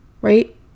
Right